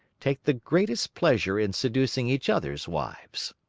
take the greatest pleasure in seducing each other's wives.